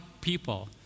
people